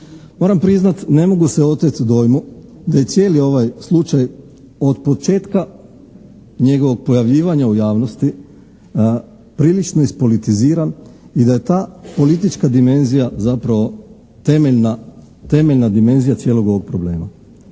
Moram priznati ne mogu se oteti dojmu da je cijeli ovaj slučaj od početka njegovog pojavljivanja u javnosti prilično ispolitiziran i da je ta politička dimenzija zapravo temeljna dimenzija cijelog ovog problema.